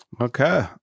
Okay